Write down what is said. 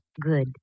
Good